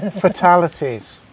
fatalities